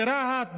ברהט,